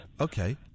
Okay